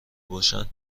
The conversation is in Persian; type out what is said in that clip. باشن